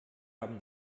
haben